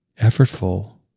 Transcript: effortful